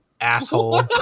asshole